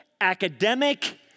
academic